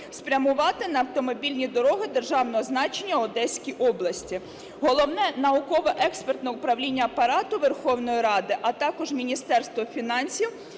спрямувати на автомобільні дороги державного значення в Одеській області. Головне науково-експертне управління Апарату Верховної Ради, а також Міністерство фінансів